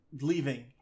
leaving